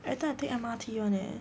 everytime I take M_R_T [one] eh